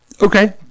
Okay